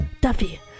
Duffy